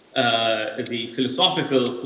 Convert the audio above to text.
ah, the philosophical,